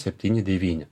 septyni devyni